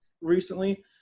recently